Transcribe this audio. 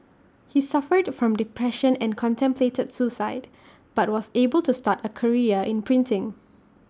he suffered from depression and contemplated suicide but was able to start A career in printing